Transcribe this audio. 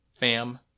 Fam